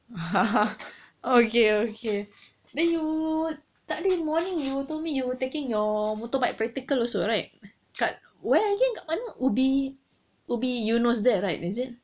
okay okay then you tadi morning you told me you were taking your motorbike practical also right kat where again kat mana the ubi ubi eunos there right is it